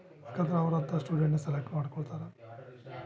ಯಾಕಂದರೆ ಅವರಂಥ student select ಮಾಡ್ಕೊಳ್ತಾರೆ